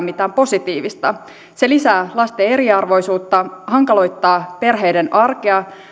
mitään positiivista se lisää lasten eriarvoisuutta hankaloittaa perheiden arkea